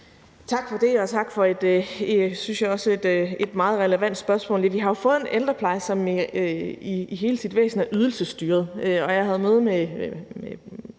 Tak for det, og tak for et, synes jeg, meget relevant spørgsmål. Vi har jo fået en ældrepleje, som i hele sit væsen er ydelsesstyret.